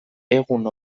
egun